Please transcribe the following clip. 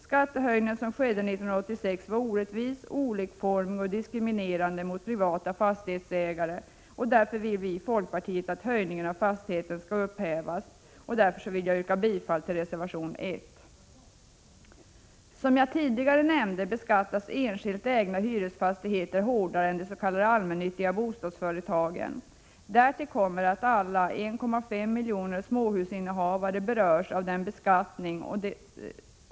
Skattehöjningen som skedde 1986 var orättvis, olikformig och diskriminerande gentemot privata fastighetsägare. Vi i folkpartiet vill därför att höjningen av fastighetsskatten skall upphävas. Jag yrkar därför bifall till reservation 1. Som jag tidigare nämnde beskattas enskilt ägda hyresfastigheter hårdare än fastigheter ägda av de s.k. allmännyttiga bostadsföretagen. Till detta kommer att samtliga 1,5 miljoner småhusinnehavare berörs av denna beskattning.